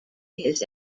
his